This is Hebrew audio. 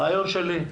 רעיון שלי,